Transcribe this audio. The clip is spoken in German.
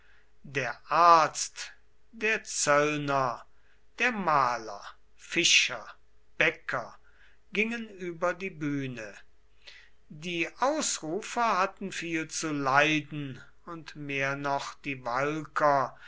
der arzt der zöllner der maler fischer bäcker gingen über die bühne die ausrufer hatten viel zu leiden und mehr noch die walker